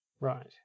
Right